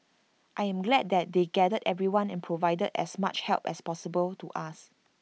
I am glad that they gathered everyone and provided as much help as possible to us